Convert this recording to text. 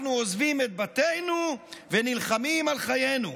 אנחנו עוזבים את בתינו ונלחמים על חיינו,